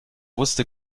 wusste